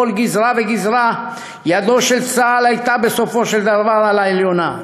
בכל גזרה וגזרה ידו של צה״ל הייתה בסופו של דבר על העליונה.